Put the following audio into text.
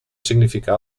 significar